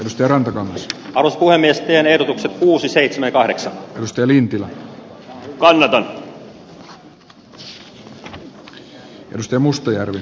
muster on se alkuaineeseen ehdotukset kuusi seitsemän kahdeksan tällä kertaa hyväksytään